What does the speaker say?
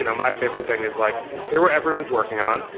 you know my favorite thing is like here where everyone's working on,